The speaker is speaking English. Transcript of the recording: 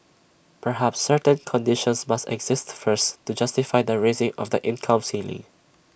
perhaps certain conditions must exist first to justify the raising of the income ceiling